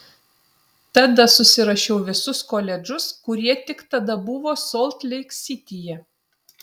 tada susirašiau visus koledžus kurie tik tada buvo solt leik sityje